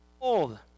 old